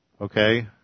okay